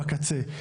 בקצה.